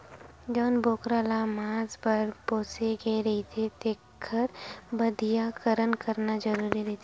जउन बोकरा ल मांस बर पोसे गे रहिथे तेखर बधियाकरन करना जरूरी होथे